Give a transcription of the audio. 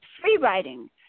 free-writing